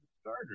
starter